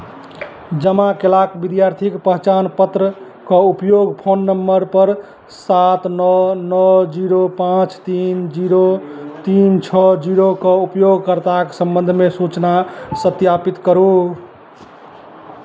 जमा कएलाक विद्यार्थीके पहचान पत्रके उपयोग फोन नम्बरपर सात नओ नओ जीरो पाँच तीन जीरो तीन छओ जीरोके उपयोगकर्ताक सम्बन्धमे सूचना सत्यापित करू